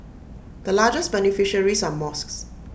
the largest beneficiaries are mosques